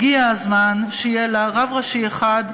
הגיע הזמן שיהיה לה רב ראשי אחד,